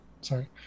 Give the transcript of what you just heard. sorry